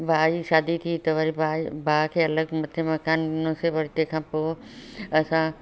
भाउ जी शादी थी न वरी भाउ जी भाउ खे अलॻि मथे मकान ॾिनोसीं वरी तंहिंखां पोइ असां